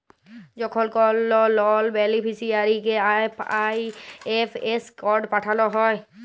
যখল কল লল বেলিফিসিয়ারিকে আই.এফ.এস কড পাঠাল হ্যয়